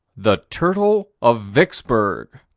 the turtle of vicksburg.